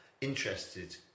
interested